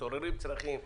מתעוררים צרכים,